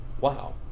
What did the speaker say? Wow